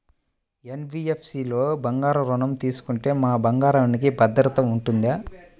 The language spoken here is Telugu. ఎన్.బీ.ఎఫ్.సి లలో బంగారు ఋణం తీసుకుంటే మా బంగారంకి భద్రత ఉంటుందా?